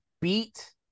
beat